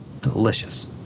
Delicious